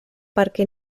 perquè